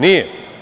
Nije.